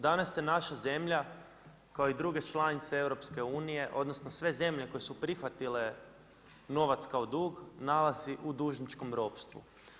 Danas se naša zemlja kao i druge članice EU, odnosno sve zemlje koje su prihvatile novac kao dug nalazi u dužničkom ropstvu.